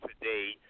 today